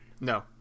No